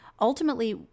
Ultimately